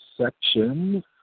section